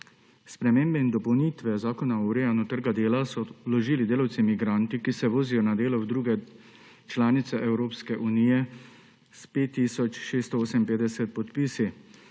Spremembe in dopolnitve Zakona o urejanju trga dela so vložili delavci migranti, ki se vozijo na delo v druge članice Evropske unije, s 5 tisoč 658 podpisi.